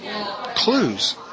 clues